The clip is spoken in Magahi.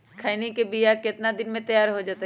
खैनी के बिया कितना दिन मे तैयार हो जताइए?